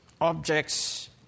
objects